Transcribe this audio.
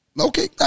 Okay